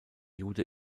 jude